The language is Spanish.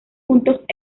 puntos